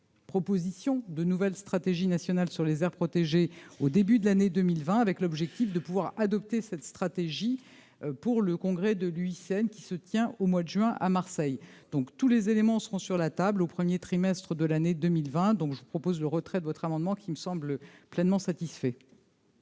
Proposition de nouvelle stratégie nationale sur les aires protégées au début de l'année 2020 avec l'objectif de pouvoir adopter cette stratégie pour le congrès de Luyssen qui se tient au mois de juin, à Marseille donc tous les éléments seront sur la table au 1er trimestre de l'année 2020, donc je propose le retrait de votre amendement qui me semble pleinement satisfait.